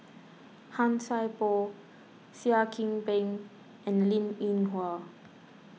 Han Sai Por Seah Kian Peng and Linn in Hua